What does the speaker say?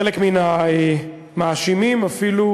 חלק מן המאשימים אפילו